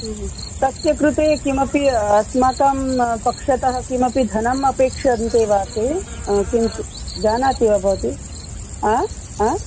तस्य कृते किमपि अस्माकं पक्षतः किमपि धनम् अपेक्ष्यते वा ते किमपि जानाति वा भवति हा हा